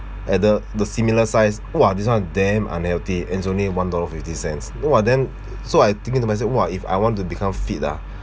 at the the similar sized !wah! this one damn unhealthy and it's only one dollar fifty cents so !wah! then so I thinking to myself !wah! if I want to become fit ah